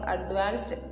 Advanced